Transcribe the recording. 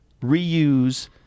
reuse